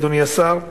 אדוני השר,